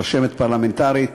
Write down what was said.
רשמת פרלמנטרית,